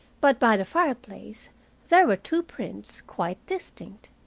but by the fireplace there were two prints quite distinct.